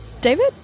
David